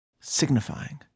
Signifying